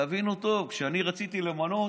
תבינו טוב, כשאני רציתי למנות,